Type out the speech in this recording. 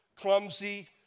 clumsy